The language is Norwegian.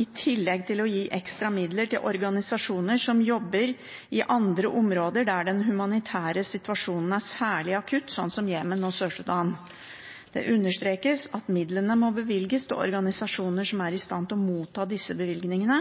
i tillegg til å gi ekstra midler til organisasjoner som jobber i andre områder der den humanitære situasjonen er særlig akutt, slik som i Jemen og i Sør-Sudan. Det understrekes at «midlene må bevilges til organisasjoner som er i stand til å motta disse ekstra bevilgningene